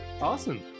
Awesome